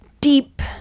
deep